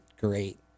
great